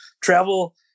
travel